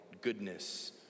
goodness